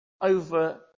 over